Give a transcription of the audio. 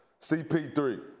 CP3